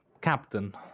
Captain